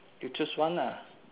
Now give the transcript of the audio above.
you choose one ah